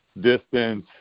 distance